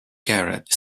garrett